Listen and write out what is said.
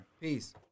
Peace